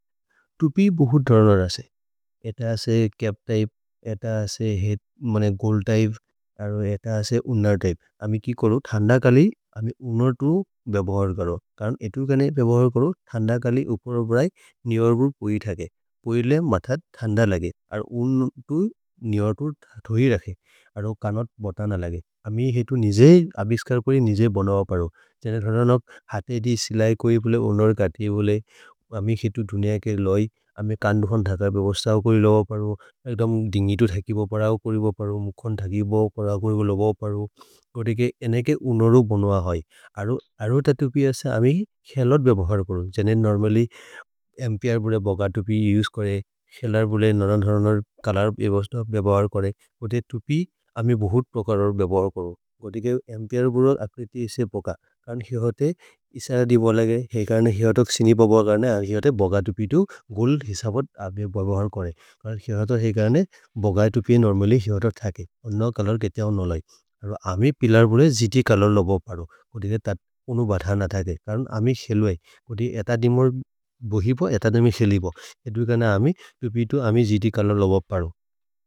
टुपी बहुत धरनार आशे, एटा आशे कैप टाइप, एटा आशे हेड, मने गोल्ड टाइप, और एटा आशे उनर टाइप, आमी की करो धान्डा काली, आमी उनर दो बेबहर करो, कारण एटो काने बेबहर करो, धान्डा काली उपर और बड़ाई। नियार गुर पोई ठाके, पोईले मथार धान्डा लागे, अर उन दो नियार गुर धोई राखे, आरो कानार बता ना लागे, अमी हे तो निजे आबिश्कार करी निजे बनावा परो। जैने थोड़ानार हाटे दी सिलाइ कोई बोले उनर काठी बोले, अमी हे तो दुनिया के कान दुखन धाकार बेवस्ता कोई लावा परो। एकड़ाम दिंगी तो ठाकी बो पराओ करी बो परो, मुखन ठाकी बो कराओ करी बो लावा परो, गोटीके येने के उनरो बनवा है। आरो ता टुपी अस्था अमी खेलर बेवहार करो, जैने नर्मली गोटीके एम्पियर बुले बगा टुपी यूज करे, खेलर बुले नरान धरनार कालार बेवस्ता बेवहार करे। गोटीके टुपी अमी भूर प्रकारार बेवहार करो, गोटीके एम्पियर बुले अक्रिती इसे पका, कारण ही होते इसालादी बोला गे, ही कारण ही होते स जीटी कालार लबाप पारो। गोटीके ता पुनू बाधार ना थाइते, कारण आमी सेलवाई, गोटीके एता दिमर बहीबो, एता दमी सेलीबो, इतो गाना आमी, टुपी तू आमी जीटी कालार लबाप पारो।